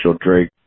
Drake